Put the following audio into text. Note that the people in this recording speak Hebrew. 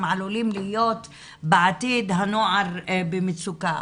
הם עלולים להיות בעתיד הנוער במצוקה,